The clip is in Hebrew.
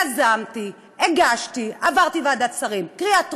יזמתי, הגשתי, עברתי ועדת שרים, קריאה טרומית,